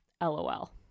LOL